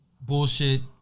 bullshit